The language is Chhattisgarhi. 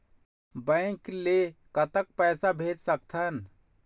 बैंक ले कतक पैसा भेज सकथन?